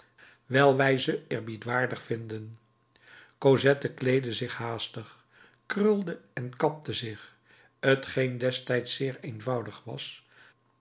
wijl wij ze eerbiedwaardig vinden cosette kleedde zich haastig krulde en kapte zich t geen destijds zeer eenvoudig was